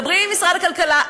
מדברים עם משרד הכלכלה,